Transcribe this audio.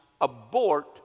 abort